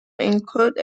include